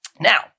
Now